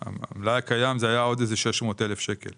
על המלאי הקיים זה היה עוד איזה 600,000 שקל.